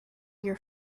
your